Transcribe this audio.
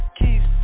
keys